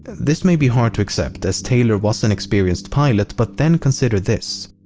this may be hard to accept as taylor was an experienced pilot but then consider this.